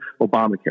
Obamacare